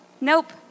nope